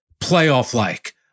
playoff-like